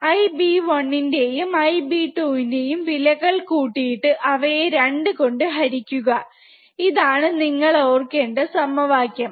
IB1 ന്റെയും IB2 ന്റെയും വിലകൾ കൂട്ടിയിട്ട് അവയെ 2 കൊണ്ട് ഹരിക്കുക ഇതാണ് നിങ്ങൾ ഓർക്കേണ്ട സമവാക്യം